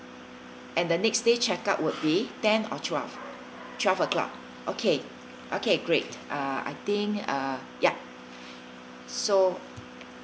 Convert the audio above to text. and the next day check out would be ten or twelve twelve o'clock okay okay great uh I think uh ya so